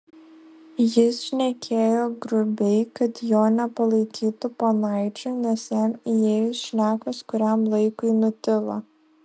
jis šnekėjo grubiai kad jo nepalaikytų ponaičiu nes jam įėjus šnekos kuriam laikui nutilo